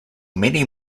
many